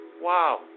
Wow